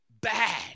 bad